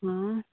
आं